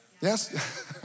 Yes